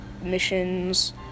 Missions